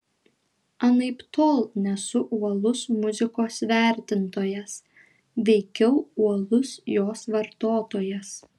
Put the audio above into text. anaiptol nesu uolus muzikos vertintojas veikiau uolus jos vartotojas